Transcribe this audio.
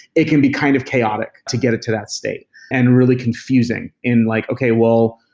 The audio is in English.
it can be kind of chaotic to get it to that state and really confusing in like, okay. well,